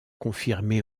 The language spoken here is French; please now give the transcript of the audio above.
confirmée